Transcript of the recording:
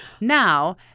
Now